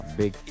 big